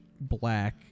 black